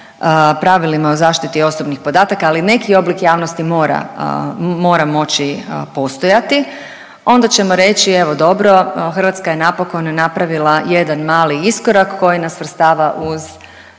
pravilima o zaštiti osobnih podataka, ali neki oblik javnosti mora moći postojati, onda ćemo reći, evo, dobro, Hrvatska je napokon napravila jedan mali iskorak koji nas svrstava uz